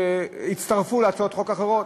שהצטרפו להצעות חוק אחרות.